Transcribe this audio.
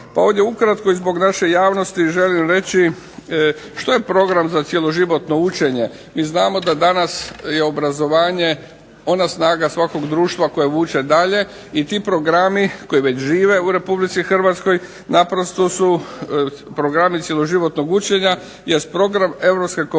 pa ovdje ukratko i zbog naše javnosti želim reći što je program za cjeloživotno učenje. Mi znamo da danas je obrazovanje ona snaga svakog društva koja vuče dalje i ti programi koji već žive u Republici Hrvatskoj naprosto su programi cjeloživotnog učenja jest program Europske komisije